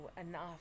enough